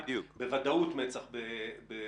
בוודאות מצ"ח בפנים.